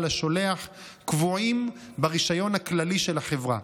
לשולח קבועים ברישיון הכללי של החברה.